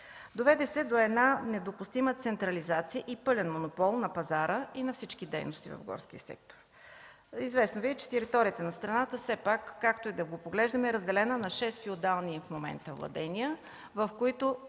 Доведе се до недопустима централизация и пълен монопол на пазара на всички дейности в горския сектор. Известно Ви е, че в момента територията на страната, все пак както и да го поглеждаме, е разделена на шест феодални владения, в които